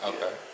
Okay